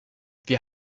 wir